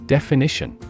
Definition